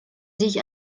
sich